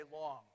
long